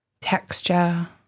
texture